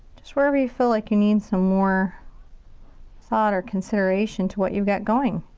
just wherever you feel like you need some more thought or consideration to what you've got going.